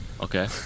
Okay